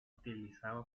utilizaba